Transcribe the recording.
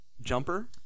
jumper